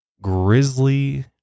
grizzly